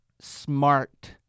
smart